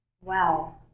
Wow